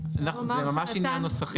זה ממש עניין נוסחי.